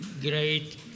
great